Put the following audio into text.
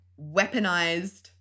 weaponized